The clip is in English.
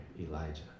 Elijah